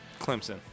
Clemson